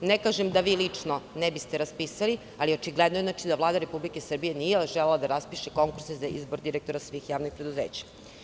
Ne kažem da vi lično ne biste raspisali, ali očigledno je da Vlada Republike Srbije nije želela da raspiše konkurse za izbor direktora svih javnih preduzeća.